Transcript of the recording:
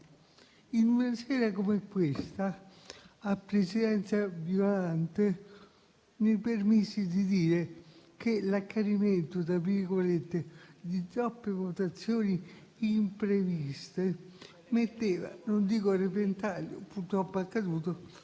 In una sera come questa, ed era presidente Violante, mi permisi di dire che l'"accanimento" di troppe votazioni impreviste metteva, non dico a repentaglio - purtroppo è accaduto